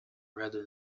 rather